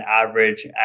average